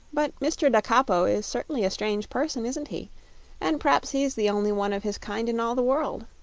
but mr. da capo is certainly a strange person isn't he and p'r'aps he's the only one of his kind in all the world.